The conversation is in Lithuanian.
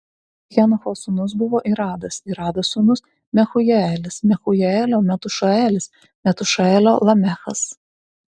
henocho sūnus buvo iradas irado sūnus mehujaelis mehujaelio metušaelis metušaelio lamechas